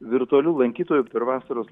virtualių lankytojų per vasaros